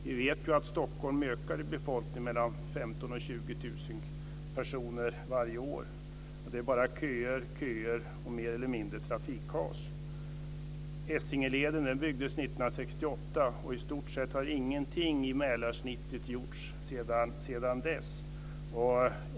Vi vet att befolkningen i Stockholm ökar med 15 000-20 000 personer varje år. Det är bara köer, köer och mer eller mindre trafikkaos. Essingeleden byggdes 1968. Sedan dess har i stort sett ingenting gjorts i Mälarsnittet.